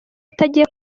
atagiye